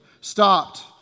stopped